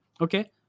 Okay